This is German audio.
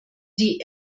die